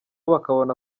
bakabona